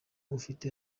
ufite